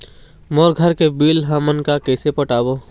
मोर घर के बिल हमन का कइसे पटाबो?